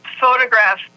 photograph